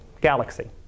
galaxy